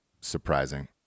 surprising